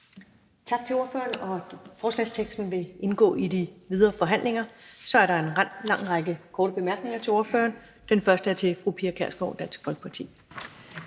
til vedtagelse vil indgå i de videre forhandlinger. Så er der en lang række korte bemærkninger til ordføreren, og den første er til fru Pia Kjærsgaard, Dansk Folkeparti.